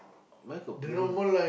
why got blue lah